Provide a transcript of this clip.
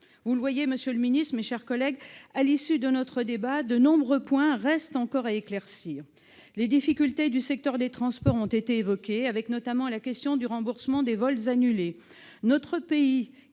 Vous le voyez, monsieur le secrétaire d'État, mes chers collègues, à l'issue de notre débat, de nombreux points restent encore à éclaircir. Les difficultés du secteur des transports ont été évoquées, avec, notamment, la question du remboursement des vols annulés.